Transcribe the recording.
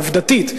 עובדתית.